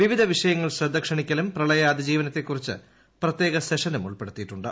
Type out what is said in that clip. വിവിധ വിഷയങ്ങളിൽ ശ്രദ്ധ ക്ഷണിക്കലും പ്രളയ അതിജീവനത്തെ ക്കുറിച്ച് പ്രത്യേക സെഷനും ഉൾപ്പെടുത്തിയിട്ടുണ്ട്